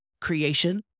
creation